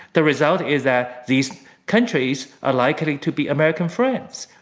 the result is that these countries are likely to be american friends,